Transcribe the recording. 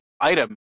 item